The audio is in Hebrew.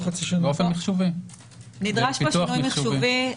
נדרש שינוי מחשובי.